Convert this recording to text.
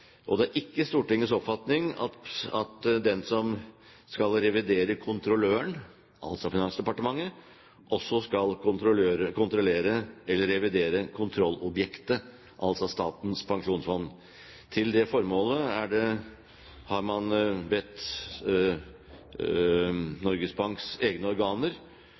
og det er ikke Stortingets oppfatning at den som skal revidere kontrolløren, altså Finansdepartementet, også skal kontrollere eller revidere kontrollobjektet, altså Statens pensjonsfond. Til det formålet har man bedt Norges Banks egne organer,